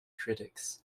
critics